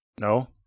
no